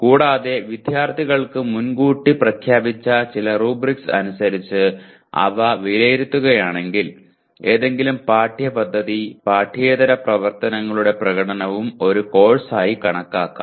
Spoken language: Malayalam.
കൂടാതെ വിദ്യാർത്ഥികൾക്ക് മുൻകൂട്ടി പ്രഖ്യാപിച്ച ചില റബ്രിക്സ് അനുസരിച്ച് അവ വിലയിരുത്തുകയാണെങ്കിൽ ഏതെങ്കിലും പാഠ്യപദ്ധതി പാഠ്യേതര പ്രവർത്തനങ്ങളുടെ പ്രകടനവും ഒരു കോഴ്സായി കണക്കാക്കാം